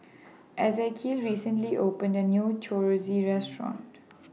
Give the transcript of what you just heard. Ezekiel recently opened A New Chorizo Restaurant